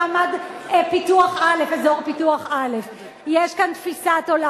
שגם ככה זוכות למעמד אזור פיתוח א' יש כאן תפיסת עולם.